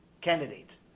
candidate